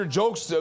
jokes